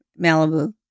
Malibu